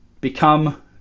become